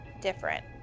different